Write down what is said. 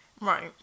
Right